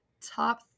top